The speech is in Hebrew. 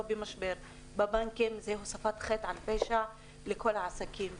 במשבר והוספת חטא על פשע לכל העסקים.